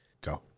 Go